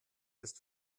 ist